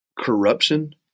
corruption